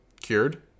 cured